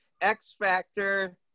X-Factor